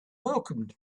welcomed